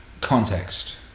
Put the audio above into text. context